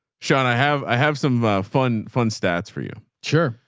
sean. i have, i have some fun, fun stats for you. sure.